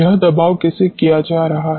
यह दबाव कैसे किया जा रहा है